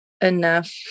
enough